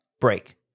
break